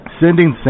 sending